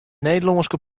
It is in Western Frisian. nederlânske